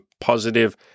positive